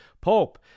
Pope